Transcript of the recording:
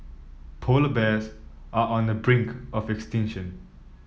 polar bears are on the brink of extinction